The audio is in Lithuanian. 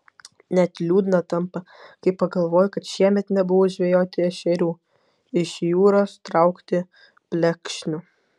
net liūdna tampa kai pagalvoju kad šiemet nebuvau žvejoti ešerių iš jūros traukti plekšnių